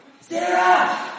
Sarah